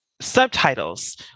subtitles